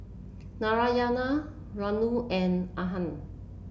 Narayana Renu and Anand